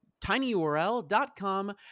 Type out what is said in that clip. tinyurl.com